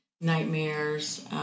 nightmares